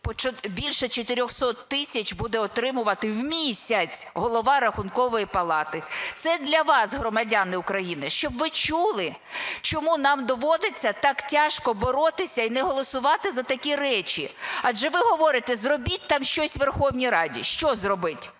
більше 400 тисяч буде отримувати в місяць Голова Рахункової палати, це для вас, громадяни України, щоб ви чули чому нам доводиться так тяжко боротися і не голосувати за такі речі. Адже ви говорите: зробіть там щось у Верховній Раді. Що зробити?